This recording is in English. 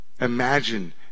imagine